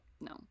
no